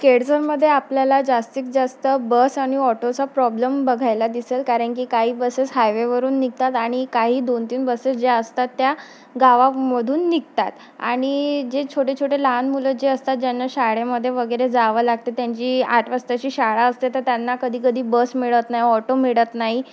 केळझरमध्ये आपल्याला जास्तीत जास्त बस आणि ऑटोचा प्रॉब्लेम बघायला दिसेल कारण की काही बसेस हायवेवरून निघतात आणि काही दोन तीन बसेस ज्या असतात त्या गावामधून निघतात आणि जे छोटे छोटे लहान मुलं जे असतात ज्यांना शाळेमध्ये वगैरे जावं लागते त्यांची आठ वाजताची शाळा असते तर त्यांना कधी कधी बस मिळत नाही ऑटो मिळत नाही